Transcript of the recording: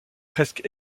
presque